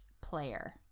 player